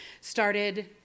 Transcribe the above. started